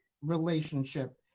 relationship